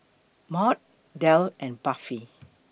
Maud Del and Buffy